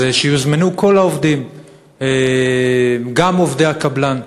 אז שיוזמנו כל העובדים, גם עובדי הקבלן.